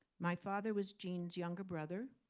my father was gene's younger brother.